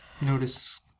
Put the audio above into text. notice